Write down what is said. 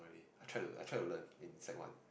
I try to I try to learn in sec one